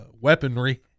weaponry